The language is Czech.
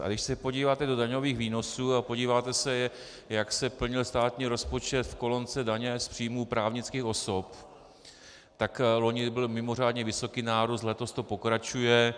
A když se podíváte do daňových výnosů a podíváte se, jak se plnil státní rozpočet v kolonce daně z příjmů právnických osob, tak loni byl mimořádně vysoký nárůst, letos to pokračuje.